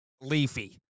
leafy